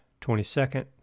22nd